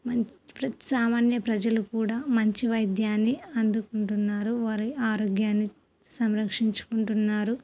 మం ప్రతి సామాన్య ప్రజలు కూడా మంచి వైద్యాన్ని అందుకుంటున్నారు వారి ఆరోగ్యాన్ని సంరక్షించుకుంటున్నారు